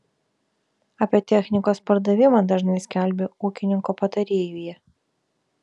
apie technikos pardavimą dažnai skelbiu ūkininko patarėjuje